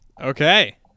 okay